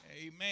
Amen